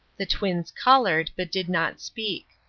the twins colored, but did not speak.